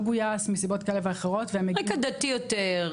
גויס מסיבות כאלה ואחרות --- רקע דתי יותר,